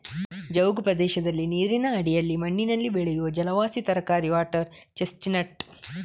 ಜವುಗು ಪ್ರದೇಶದಲ್ಲಿ ನೀರಿನ ಅಡಿಯಲ್ಲಿ ಮಣ್ಣಿನಲ್ಲಿ ಬೆಳೆಯುವ ಜಲವಾಸಿ ತರಕಾರಿ ವಾಟರ್ ಚೆಸ್ಟ್ ನಟ್